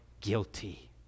guilty